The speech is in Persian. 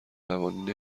قوانین